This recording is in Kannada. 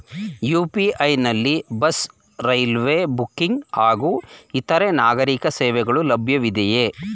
ಯು.ಪಿ.ಐ ನಲ್ಲಿ ಬಸ್, ರೈಲ್ವೆ ಬುಕ್ಕಿಂಗ್ ಹಾಗೂ ಇತರೆ ನಾಗರೀಕ ಸೇವೆಗಳು ಲಭ್ಯವಿದೆಯೇ?